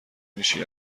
میشی